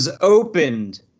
opened